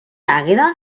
àgueda